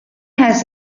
has